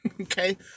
Okay